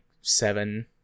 seven